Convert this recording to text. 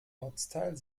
ortsteil